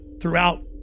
throughout